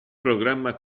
programma